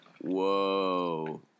Whoa